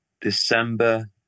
December